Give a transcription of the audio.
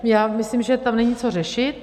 Já myslím, že tam není co řešit.